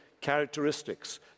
characteristics